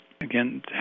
Again